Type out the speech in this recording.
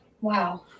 Wow